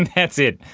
that's it.